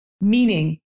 meaning